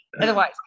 Otherwise